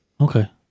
Okay